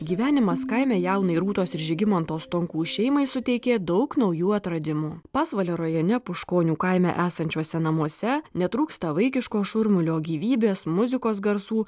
gyvenimas kaime jaunai rūtos ir žygimanto stonkų šeimai suteikė daug naujų atradimų pasvalio rajone puškonių kaime esančiuose namuose netrūksta vaikiško šurmulio gyvybės muzikos garsų